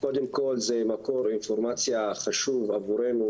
קודם כל זה מקור אינפורמציה חשוב עבורנו